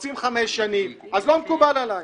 רוצים חמש שנים אז לא מקובל עלי.